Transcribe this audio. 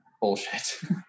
bullshit